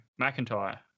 McIntyre